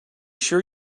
sure